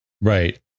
Right